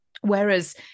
whereas